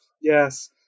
yes